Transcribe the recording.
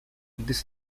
this